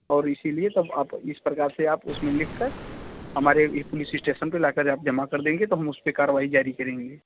और इसीलिए इस प्रकार से आप उसमें लिखकर हमारे पुलिस स्टेशन पर लाकर आप जमा कर देंगे तो हम उसपे कार्रवाई जारी करेंगे